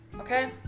okay